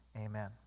Amen